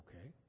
okay